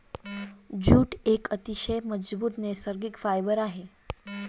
jute एक अतिशय मजबूत नैसर्गिक फायबर आहे